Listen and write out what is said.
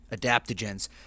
adaptogens